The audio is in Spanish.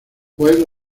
fue